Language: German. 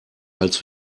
als